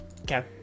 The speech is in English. okay